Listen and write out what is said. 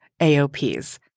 AOPs